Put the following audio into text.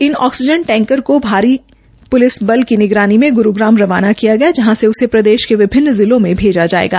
इस oxygen tanker को भारी प्लिस बल की निगरानी मे गुरूग्राम रवाना किया गया जहां से उसे प्रदेश के विभिन्न जिलों को भेजी जायेगी